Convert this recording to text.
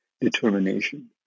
determination